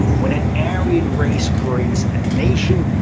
when an aryan race creates a nation,